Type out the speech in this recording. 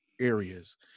areas